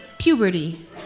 puberty